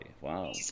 Wow